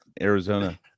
Arizona